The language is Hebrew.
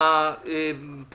אין הבקשה אושרה.